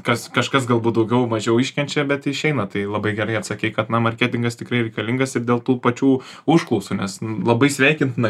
kas kažkas galbūt daugiau mažiau iškenčia bet išeina tai labai gerai atsakei kad na marketingas tikrai reikalingas ir dėl tų pačių užklausų nes labai sveikintina